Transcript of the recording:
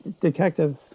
detective